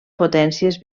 potències